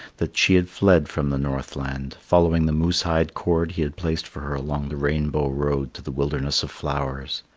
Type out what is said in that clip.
that she had fled from the northland, following the moose-hide cord he had placed for her along the rainbow road to the wilderness of flowers.